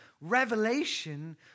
revelation